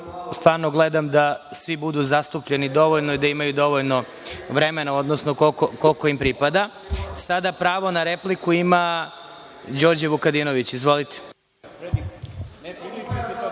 stvarno gledam da svi budu zastupljeni dovoljno i da imaju dovoljno vremena, odnosno koliko im pripada. Sada pravo na repliku ima Đorđe Vukadinović. **Đorđe